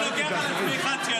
--- צריך רגע בין הקריאות.